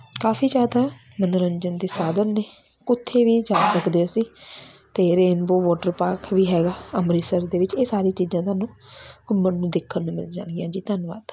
ਕਾਫੀ ਜ਼ਿਆਦਾ ਮਨੋਰੰਜਨ ਦੇ ਸਾਧਨ ਨੇ ਉੱਥੇ ਵੀ ਜਾ ਸਕਦੇ ਅਸੀਂ ਅਤੇ ਰੇਨਬੋ ਵਾਟਰ ਪਾਰਕ ਵੀ ਹੈਗਾ ਅੰਮ੍ਰਿਤਸਰ ਦੇ ਵਿੱਚ ਇਹ ਸਾਰੀਆਂ ਚੀਜ਼ਾਂ ਤੁਹਾਨੂੰ ਘੁੰਮਣ ਨੂੰ ਦੇਖਣ ਨੂੰ ਮਿਲ ਜਾਂਦੀਆਂ ਜੀ ਧੰਨਵਾਦ